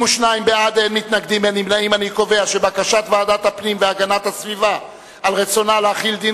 הודעת ועדת הפנים והגנת הסביבה על רצונה להחיל דין